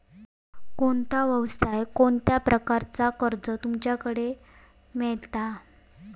कोणत्या यवसाय कोणत्या प्रकारचा कर्ज तुमच्याकडे मेलता?